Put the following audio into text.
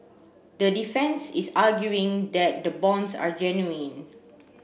the defence is arguing that the bonds are genuine